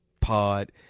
pod